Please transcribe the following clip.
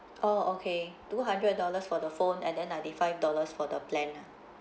oh okay two hundred dollars for the phone and then ninety five dollars for the plan lah